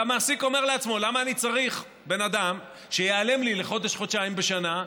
והמעסיק אומר לעצמו: למה אני צריך בן אדם שייעלם לי לחודש-חודשיים בשנה,